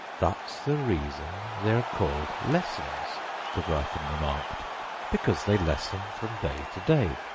that's the reason they're called lessons the gryphon remarked because they lessen from day to day